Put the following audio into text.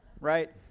Right